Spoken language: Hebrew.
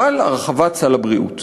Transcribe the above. אבל הרחבת סל הבריאות